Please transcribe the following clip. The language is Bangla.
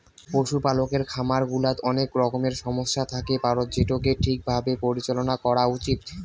পশুপালকের খামার গুলাত অনেক রকমের সমস্যা থাকি পারত যেটোকে ঠিক ভাবে পরিচালনা করাত উচিত